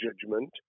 judgment